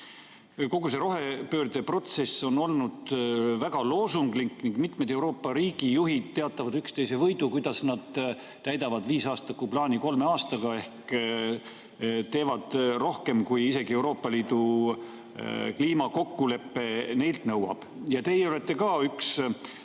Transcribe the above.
Kogu see rohepöörde protsess on olnud väga loosunglik. Mitmed Euroopa riigijuhid teatavad üksteise võidu, kuidas nad täidavad viisaastakuplaani kolme aastaga ehk teevad rohkem, kui Euroopa Liidu kliimakokkulepe neilt nõuab. Ja teie olete üks